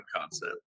concept